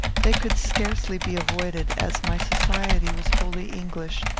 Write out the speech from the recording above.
they could scarcely be avoided, as my society was wholly english,